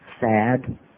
sad